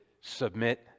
submit